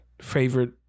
favorite